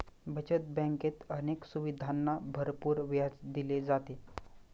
बचत बँकेत अनेक सुविधांना भरपूर व्याज दिले जाते